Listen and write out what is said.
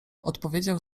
odpowiedział